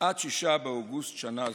עד 6 באוגוסט שנה זו.